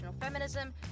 feminism